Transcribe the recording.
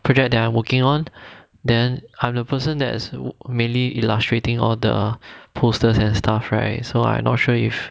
project there are working on then I'm the person that is mainly illustrating all the posters and stuff right so I not sure if